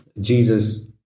Jesus